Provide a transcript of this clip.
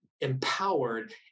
empowered